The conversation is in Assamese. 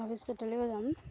ভৱিষ্য়তলৈও যাম